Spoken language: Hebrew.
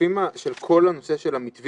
בשקפים של כל המתווים,